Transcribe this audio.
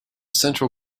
central